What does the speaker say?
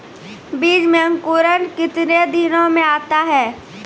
बीज मे अंकुरण कितने दिनों मे आता हैं?